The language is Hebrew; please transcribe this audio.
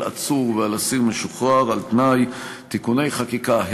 עצור ועל אסיר משוחרר על-תנאי (תיקוני חקיקה),